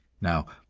now,